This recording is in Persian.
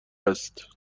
است